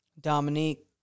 Dominique